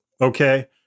okay